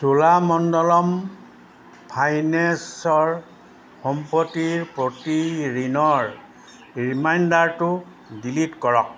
চোলামণ্ডলম ফাইনেন্সৰ সম্পত্তিৰ প্ৰতি ঋণৰ ৰিমাইণ্ডাৰটো ডিলিট কৰক